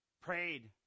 prayed